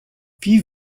wie